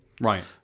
Right